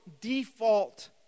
default